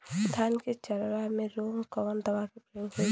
धान के चतरा रोग में कवन दवा के प्रयोग होई?